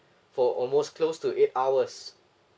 for almost close to eight hours